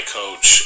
coach